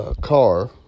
car